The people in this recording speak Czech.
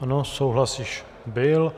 Ano, souhlas již byl.